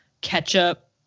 ketchup